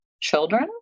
children